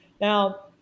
now